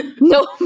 No